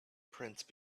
prince